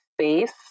space